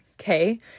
okay